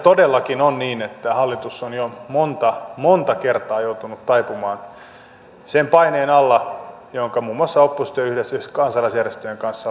todellakin on niin että hallitus on jo monta monta kertaa joutunut taipumaan sen paineen alla jonka muun muassa oppositio yhdessä kansalaisjärjestöjen kanssa on luonut